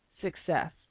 success